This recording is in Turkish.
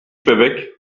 bebek